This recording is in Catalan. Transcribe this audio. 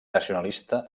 nacionalista